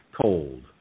Cold